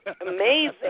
Amazing